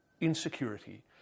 insecurity